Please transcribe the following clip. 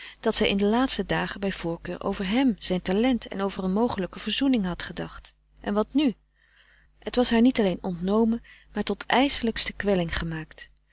dat zij in de laatste dagen bij voorkeur over hem zijn talent en over een mogelijke verzoening had gedacht en wat nu het was haar niet alleen ontnomen maar tot ijselijkste kwelling gemaakt